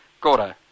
gordo